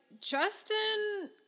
Justin